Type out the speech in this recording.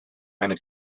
eine